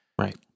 Right